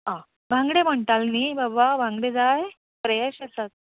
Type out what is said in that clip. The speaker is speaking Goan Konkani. आं बागडे म्हणटालो न्ही बाबा बांगडे जाय